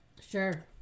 Sure